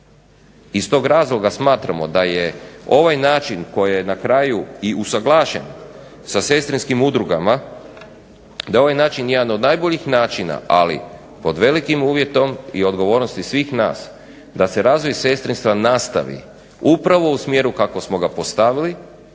Iz tog razloga smatramo da je ovaj način koji je na kraju i usuglašen sa sestrinskim udrugama, da je ovaj način jedan od najboljih načina, ali pod velikim uvjetom i odgovornosti svih nas da se razvoj sestrinstva nastavi upravo u smjeru kako smo ga postavili